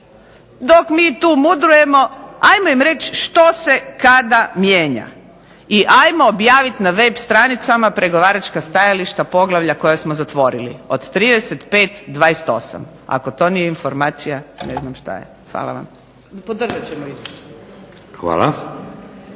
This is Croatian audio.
Dok mi tu mudrujemo, ajmo im reći što se kada mijenja i ajmo objaviti na web stranicama poglavlja i pregovaračka stajališta koja smo zatvorili. Od 35, 28. ako to nije informacija ne znam što je. Hvala vam. **Šeks, Vladimir (HDZ)** Hvala.